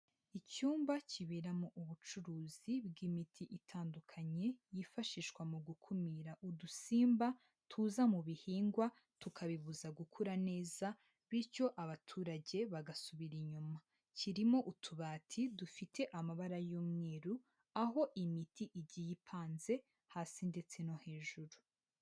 Icyumba kiberamo ubucuruzi bw'imiti itandukanye yifashishwa mu gukumira udusimba tuza mu bihingwa, tukabibuza gukura neza bityo abaturage bagasubira inyuma. Kirimo utubati dufite amabara y'umweruru, aho imiti igiye ipanze hasi ndetse no hejuru.